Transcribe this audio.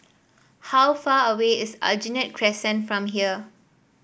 how far away is Aljunied Crescent from here